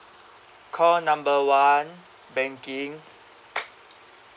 call number one banking